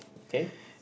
okay